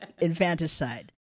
infanticide